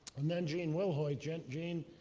and then gene wilhoit, gene gene